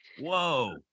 Whoa